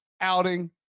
outing